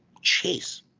chase